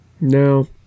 No